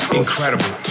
incredible